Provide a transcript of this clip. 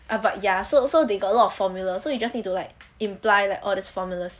about ya so also they got a lot of formula so you just need to like imply like all these formulas